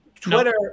Twitter